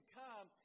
come